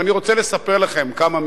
ואני רוצה לספר לכם כמה מלים,